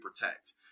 protect